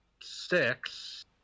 six